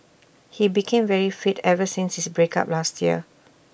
he became very fit ever since his break up last year